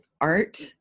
art